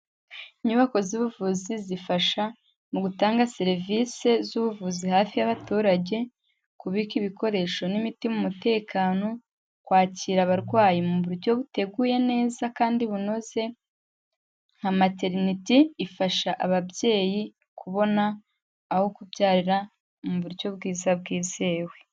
Inyubako z'ubuvuzi zifasha mu gutanga serivisi z'ubuvuzi hafi y'abaturage, kubika ibikoresho n'imiti mu mutekano, kwakira abarwayi mu buryo buteguye neza kandi bunoze, nka materineti ifasha ababyeyi kubona aho kubyarira mu buryo bwiza bwizewe.